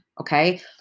Okay